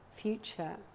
future